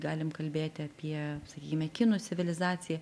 galim kalbėti apie sakykime kinų civilizaciją